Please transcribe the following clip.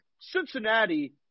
Cincinnati